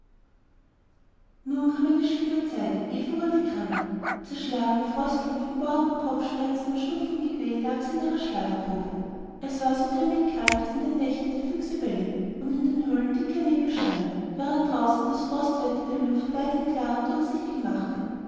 nun kam eine schlimme zeit eva wurde krank zerschlagen fröstelnd von bohrenden kopfschmerzen und schnupfen gequält lag sie in ihrer schlafgrube es war so grimmig kalt daß in den nächten die füchse bellten und in den höhlen dicker nebel stand während draußen das frostwetter die luft weithin klar und durchsichtig machte